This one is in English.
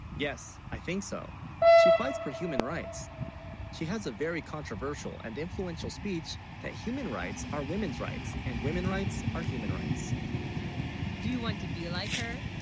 yes i think so she fights for human rights she has a very controversial and influential speech that human, rights are women's rights, and women rights are, human rights do you, want to be like her